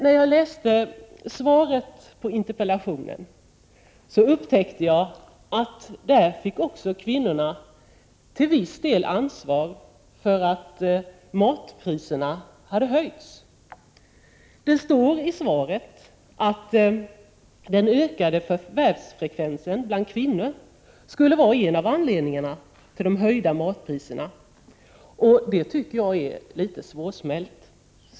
När jag läser svaret på interpellationen upptäckte jag att kvinnorna också till viss del fick ta ansvaret för att matpriserna hade höjts. Det står i svaret att den ökade förvärvsfrekvensen bland kvinnor skulle vara en av anledningarna till att matpriserna hade höjts, och det är litet svårsmält.